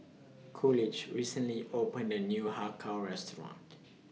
Coolidge recently opened A New Har Kow Restaurant